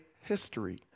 history